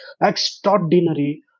extraordinary